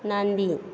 नांदी